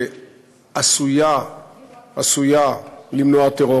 שעשויה למנוע טרור,